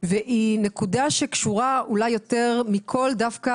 והיא נקודה שקשורה אולי יותר מכל דווקא